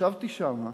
ישבתי שם,